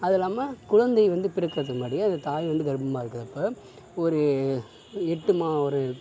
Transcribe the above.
அது இல்லாமல் குழந்தை வந்து பிறக்குறதுக்கு முன்னாடியே அந்த தாய் வந்து கர்ப்பமாக இருக்கிறப்ப ஒரு எட்டு மா ஒரு